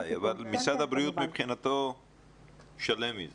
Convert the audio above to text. ומשרד הבריאות שלם עם זה?